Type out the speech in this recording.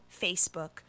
Facebook